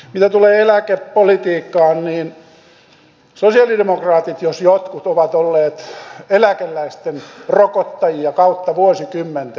mitä tulee eläkepolitiikkaan niin sosialidemokraatit jos jotkut ovat olleet eläkeläisten rokottajia kautta vuosikymmenten